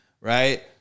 right